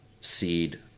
seed